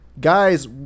Guys